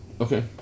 Okay